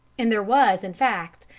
and there was, in fact,